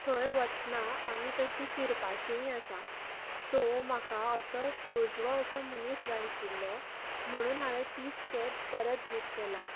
थंय वतना आमी तशी फिरपाचीय आसा सो म्हाका असो सोज्वल असो मनीस असो मनीस जाय आशिल्लो म्हणून हांवें तिच कॅब परत बूक केला